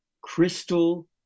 crystal